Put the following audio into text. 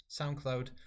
SoundCloud